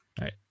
right